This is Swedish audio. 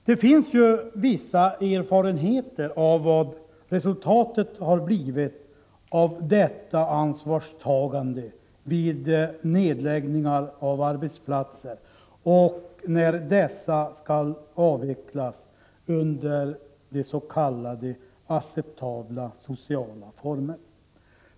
Det finns ju vissa erfarenheter av vad resultatet har blivit av detta ansvarstagande vid nedläggningar av arbetsplatser och när dessa skall avvecklas under s.k. acceptabla sociala former.